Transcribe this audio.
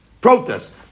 protest